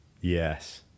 Yes